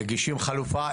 מגישים חלופה,